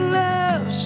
love